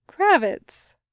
Kravitz